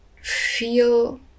feel